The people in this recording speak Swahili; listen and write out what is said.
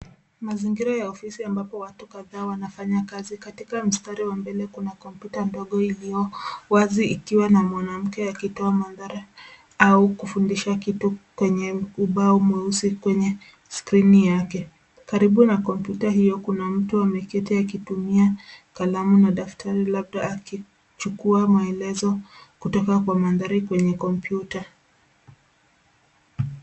Mazingira ya ofisi ambapo watu kadhaa wanafanya kazi, katika mstari wa mbele kuna kompyuta ndogo iliyowazi ikiwa na mwanamke, akitoa mandhari au kufundisha kitu kwenye ubao mweusi kwenye skrini yake. Karibu na kompyuta hiyo kuna mtu ameketi akitumia kalamu na daftari labda akichukua maelezo kutoka kwa mandhari kwenye kompyuta.